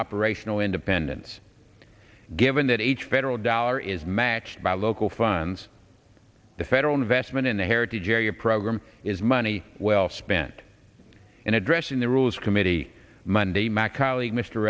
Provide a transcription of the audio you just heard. operational independence given that each federal dollar is matched by local funds the federal investment in the heritage area program is money well spent in addressing the rules committee monday my colleague mr